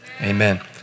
Amen